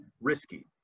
risky